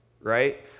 right